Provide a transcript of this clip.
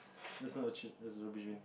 that's not a cheat there's a revision